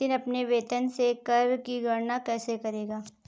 नितिन अपने वेतन से कर की गणना कैसे करेगा?